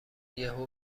یهو